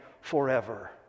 forever